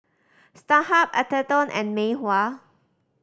Starhub Atherton and Mei Hua